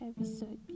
episode